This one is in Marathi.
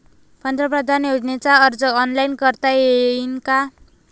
पंतप्रधान योजनेचा अर्ज ऑनलाईन करता येईन का?